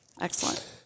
Excellent